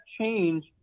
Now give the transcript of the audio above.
change